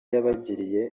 yabagiriye